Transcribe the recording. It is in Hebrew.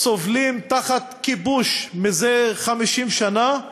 סובלים תחת כיבוש מזה 50 שנה,